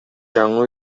жаңы